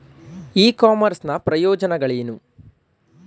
E commerce ನ ಪ್ರಯೋಜನಗಳೇನು?